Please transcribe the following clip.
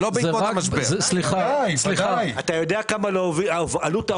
אתה יודע בכמה עלתה עלות ההובלה?